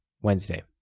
Wednesday